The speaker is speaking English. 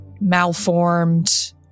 malformed